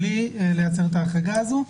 בלי לייצר את ההחרגה הזאת.